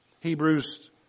Hebrews